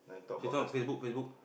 it's on Facebook Facebook